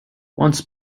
once